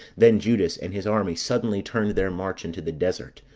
then judas and his army suddenly turned their march into the desert,